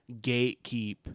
gatekeep